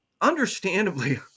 understandably